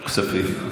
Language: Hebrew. הוא רוצה כספים.